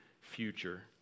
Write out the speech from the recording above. future